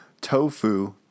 tofu